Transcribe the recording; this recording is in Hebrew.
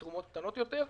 בתרומות קטנות יותר.